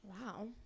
Wow